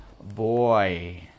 boy